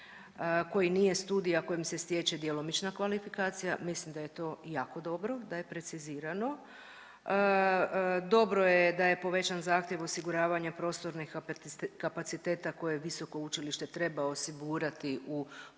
koji nije studij, a kojim se stječe djelomična kvalifikacija, mislim da je to jako dobro, da je precizirano. Dobro je da je povećan zahtjev osiguravanja prostornih kapaciteta koje visoko učilište treba osigurati u postupku